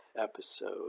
episode